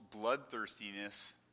bloodthirstiness